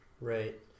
Right